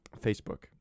Facebook